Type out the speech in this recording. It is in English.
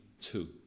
two